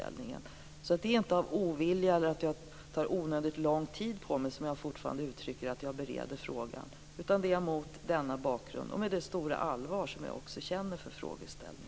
Det är alltså inte av ovilja eller för att jag tar onödigt lång tid på mig som jag fortfarande uttrycker att jag bereder frågan, utan det är mot denna bakgrund och med det stora allvar som jag känner för frågan.